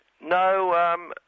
No